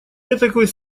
этакой